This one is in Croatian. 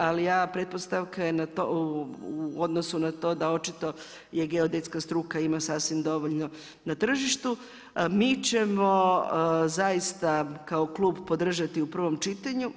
Ali pretpostavka u odnosu na to da očito je geodetska struka ima sasvim dovoljno na tržištu, a mi ćemo zaista kao klub podržati u prvom čitanju.